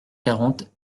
quarante